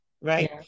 Right